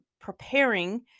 preparing